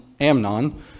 Amnon